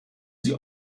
sie